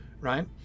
right